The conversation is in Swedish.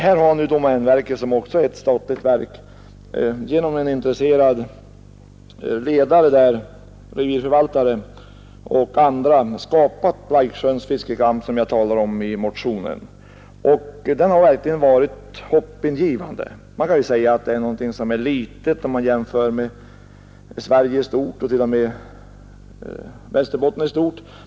Här har nu domänverket, som också är statligt verk, genom en intresserad revirförvaltare och andra skapat Blaiksjöns fiskecamp som jag talat om i motionen. Detta arbete har verkligen varit hoppingivande. Detta är naturligtvis ett litet projekt om man ser på Sverige i stort och även om man ser på Västerbotten.